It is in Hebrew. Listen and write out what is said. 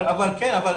כן.